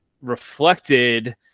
reflected